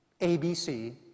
ABC